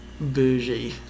bougie